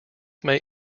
may